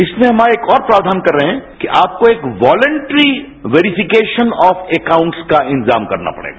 इसमें आज हम एक और प्राव्यान कर रहे हैं कि आपको एक वॉलेंट्री वेरीफिकेशन ऑफ अकाउंट्स का इंतजाम करना पड़ेगा